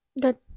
good